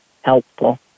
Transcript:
helpful